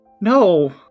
No